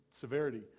severity